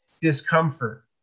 discomfort